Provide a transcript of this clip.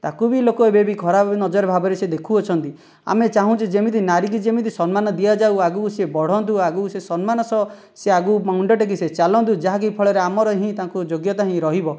ତାକୁ ବି ଲୋକ ଏବେ ବି ଖରାପ ନଜର ଭାବରେ ସେ ଦେଖୁ ଅଛନ୍ତି ଆମେ ଚାହୁଁଛେ ଯେମିତି ନାରୀ କି ଯେମିତି ସମ୍ମାନ ଦିଆ ଯାଉ ଆଗକୁ ସେ ବଢ଼ନ୍ତୁ ଆଗକୁ ସେ ସମ୍ମାନ ସହ ସେ ଆଗକୁ ମୁଣ୍ଡ ଟେକିକି ସେ ଚାଲନ୍ତୁ ଯାହାକି ଫଳରେ ଆମର ହିଁ ତାଙ୍କୁ ଯୋଗ୍ୟତା ହିଁ ରହିବ